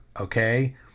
okay